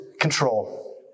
control